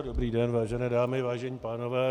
Dobrý den, vážené dámy, vážení pánové.